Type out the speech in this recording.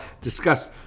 discussed